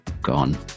gone